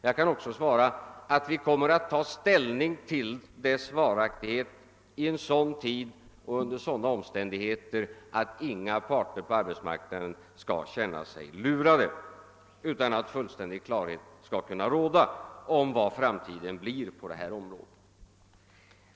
Jag kan också svara att vi kommer att ta ställning till prisstoppets varaktighet i så god tid och under sådana omständigheter att inga parter på arbetsmarknaden skall känna sig lurade, utan att fullständig klarhet skall kunna råda om framtiden på detta område.